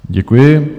Děkuji.